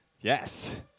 yes